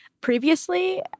previously